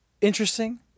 interesting